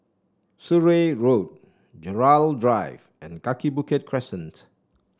Surrey Road Gerald Drive and Kaki Bukit Crescent